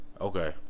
okay